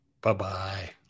Bye-bye